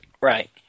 Right